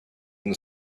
and